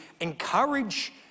encourage